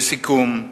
לסיכום,